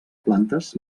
plantes